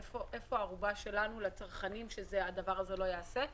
איפה הערובה שלנו לצרכנים שהדבר הזה לא ייעשה?